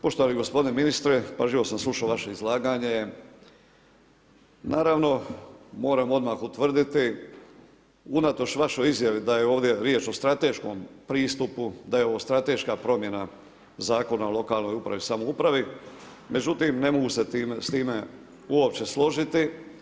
Poštovani gospodine ministre, pažljivo sam slušao vaše izlaganje, naravno moram odmah utvrditi unatoč vašoj izjavi da je ovdje riječ o strateškom pristupu, da je ovo strateška promjena Zakona o lokalnoj upravi i samoupravi, međutim ne mogu se s time uopće složiti.